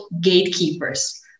gatekeepers